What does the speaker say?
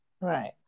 Right